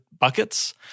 buckets